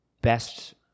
best